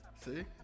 See